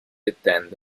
attende